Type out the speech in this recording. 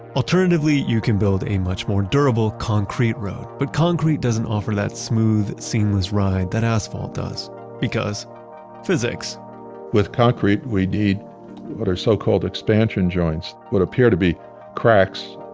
alternatively, you can build a much more durable concrete road, but concrete doesn't offer that smooth, seamless ride that asphalt does because physics with concrete, we need what are so-called expansion joints. what appear to be cracks,